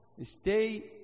stay